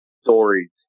stories